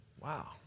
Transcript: Wow